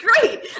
great